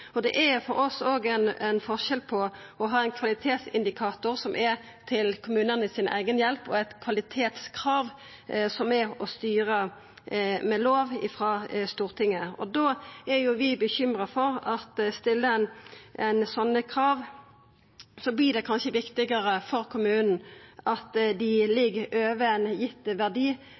det er for oss òg ein forskjell på å ha ein kvalitetsindikator som er til eiga hjelp for kommunane, og eit kvalitetskrav som er å styra ved lov frå Stortinget. Vi er bekymra for at dersom ein stiller slike krav, vert det kanskje viktigare for kommunen at dei ligg over ein gitt verdi